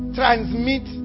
transmit